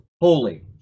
holy